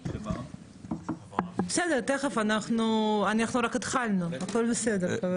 בסדר, אנחנו רק התחלנו, הכול בסדר.